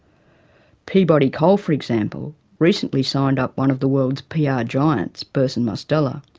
peabody coal, for example, recently signed up one of the world's pr yeah giants, burson-marsteller,